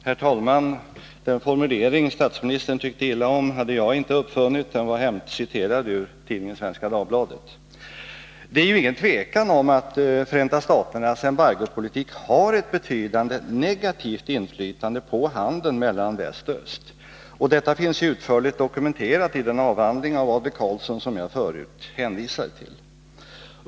Herr talman! Den formulering som statsministern tyckte illa om hade jag inte uppfunnit. Den var citerad ur tidningen Svenska Dagbladet. Det är ju ingen tvekan om att Förenta staternas embargopolitik har ett betydande negativt inflytande på handeln mellan väst och öst. Detta finns utförligt dokumenterat i den avhandling av Gunnar Adler-Karlsson som jag förut hänvisade till.